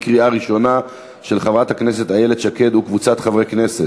של חברת הכנסת איילת שקד וקבוצת חברי הכנסת,